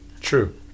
True